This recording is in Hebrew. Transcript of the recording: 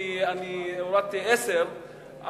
אני הורדתי עשר,